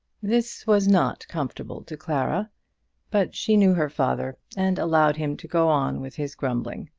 this was not comfortable to clara but she knew her father, and allowed him to go on with his grumbling.